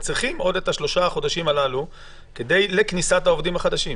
הם צריכים עוד את שלושה החודשים הללו לכניסת העובדים החדשים.